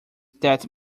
that